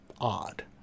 odd